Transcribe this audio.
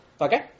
Okay